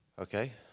Okay